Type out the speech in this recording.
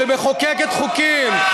שמחוקקת חוקים,